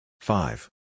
Five